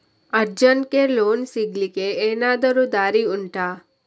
ಅರ್ಜೆಂಟ್ಗೆ ಲೋನ್ ಸಿಗ್ಲಿಕ್ಕೆ ಎನಾದರೂ ದಾರಿ ಉಂಟಾ